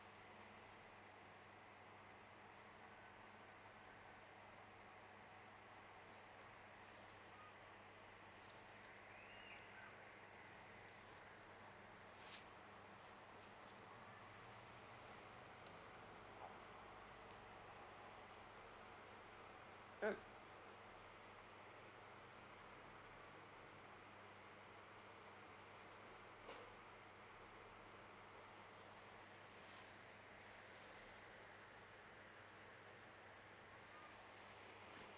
mm